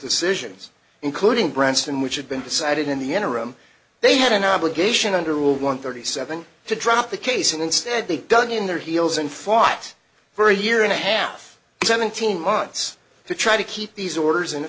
decisions including branston which had been decided in the interim they had an obligation under rule one thirty seven to drop the case and instead they dug in their heels and fought for a year and a half and seventeen months to try to keep these orders and in